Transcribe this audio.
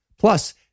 Plus